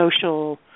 social